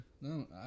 No